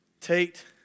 Tate